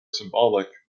symbolic